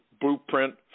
Blueprint